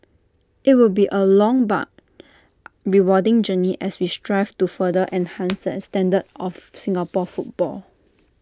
IT will be A long but rewarding journey as we strive to further enhance and standards of Singapore football